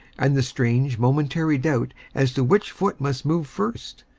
and the strange, momentary doubt as to which foot must move first,